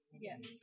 Yes